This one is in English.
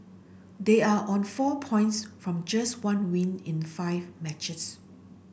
they are on four points from just one win in five matches